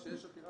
יש תהליך